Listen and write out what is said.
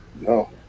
No